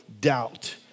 Doubt